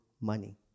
money